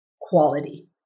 quality